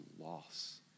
loss